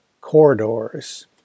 Corridors